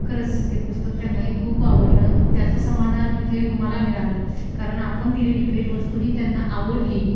खरंच ते पुस्तक त्यांनाही खूप आवडलं त्याचं समाधान म्हणजे मला मिळालं कारण आपण दिलेली भेटवस्तू ही त्यांना आवडली